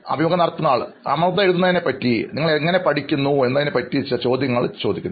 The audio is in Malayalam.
അഭിമുഖം നടത്തുന്നയാൾ അമൃത എഴുതുന്നതിനെക്കുറിച്ച് നിങ്ങൾ എങ്ങനെ പഠിക്കുന്നു എന്നതിനെക്കുറിച്ചും കുറച്ച് ചോദ്യങ്ങൾ മാത്രം